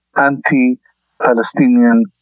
anti-Palestinian